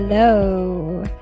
Hello